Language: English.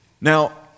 now